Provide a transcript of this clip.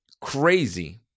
crazy